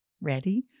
Ready